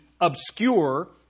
obscure